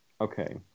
Okay